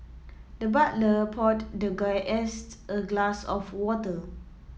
the butler poured the a glass of water